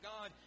God